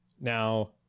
now